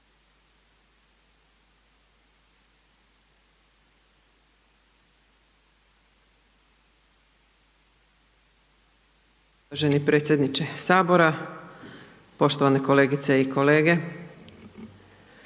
podpredsjedniče, poštovane kolegice i kolege,